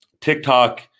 TikTok